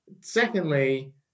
Secondly